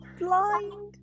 blind